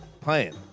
playing